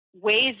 ways